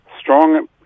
strong